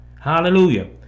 hallelujah